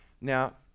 Now